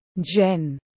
Jen